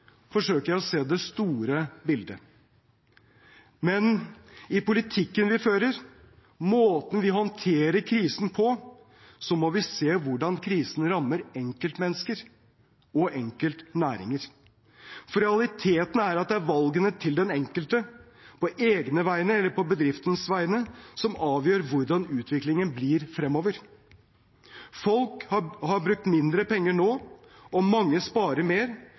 forsøker jeg å se det store bildet. Men i politikken vi fører, måten vi håndterer krisen på, må vi se på hvordan krisen rammer enkeltmennesker og enkeltnæringer. Realiteten er at det er valgene til den enkelte – på egne vegne, eller på bedriftens vegne – som avgjør hvordan utviklingen blir fremover. Folk har brukt mindre penger nå, og mange sparer mer.